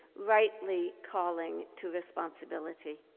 rightly calling to responsibility.